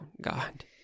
God